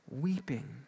weeping